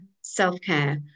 self-care